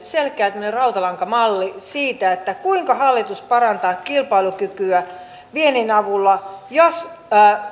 selkeä semmoinen rautalankamalli siitä kuinka hallitus parantaa kilpailukykyä viennin avulla jos